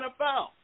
NFL